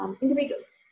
individuals